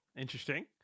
Interesting